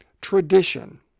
tradition